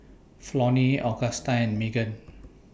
Flonnie Augusta and Maegan